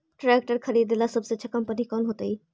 Tractor खरीदेला सबसे अच्छा कंपनी कौन होतई?